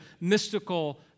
mystical